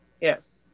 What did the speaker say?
Yes